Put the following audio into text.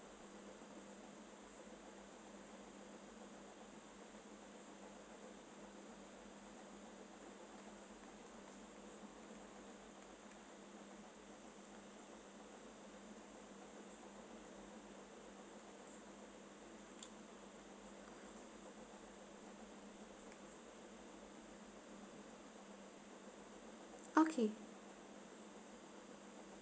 okay